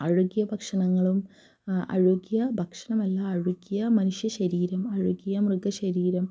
അഴുകിയ ഭക്ഷണങ്ങളും അഴുകിയ ഭക്ഷണമെല്ലാം അഴുകിയ മനുഷ്യ ശരീരം അഴുകിയ മൃത ശരീരം